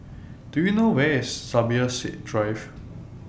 Do YOU know Where IS Zubir Said Drive